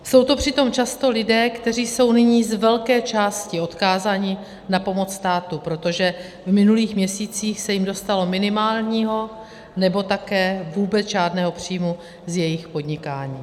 Jsou to přitom často lidé, kteří jsou nyní z velké části odkázaní na pomoc státu, protože v minulých měsících se jim dostalo minimálního, nebo také vůbec žádného příjmu z jejich podnikání.